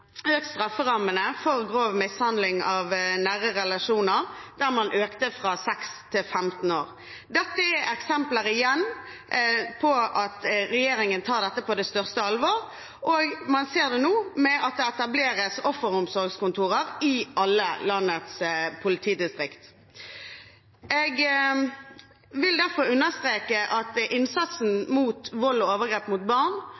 økt strafferammene for grov mishandling i nære relasjoner fra seks til femten år. Dette er igjen et eksempel på at regjeringen tar dette på største alvor, og man ser nå at det etableres offeromsorgskontorer i alle landets politidistrikt. Jeg vil derfor understreke at innsatsen mot vold og overgrep mot barn